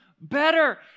better